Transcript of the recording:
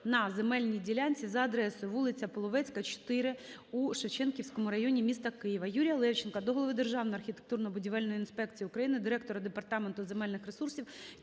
на земельній ділянці за адресою: вулиця Половецька, 4 у Шевченківському районі міста Києва. Юрія Левченка до голови Державної архітектурно-будівельної інспекції України, директора Департаменту земельних ресурсів